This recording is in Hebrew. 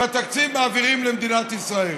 את התקציב מעבירים למדינת ישראל.